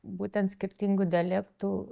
būtent skirtingų dialektų